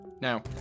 Now